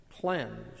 cleansed